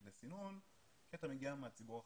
לסינון, כי אתה מגיע מהציבור החרדי.